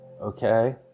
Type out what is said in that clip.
Okay